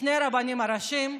שני הרבנים הראשיים,